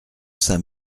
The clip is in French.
saint